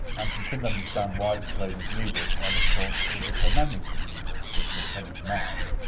and she couldn't understand why it was playing this music, and of course it was her memories of the music that were coming to mind.